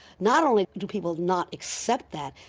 not only do people not accept that,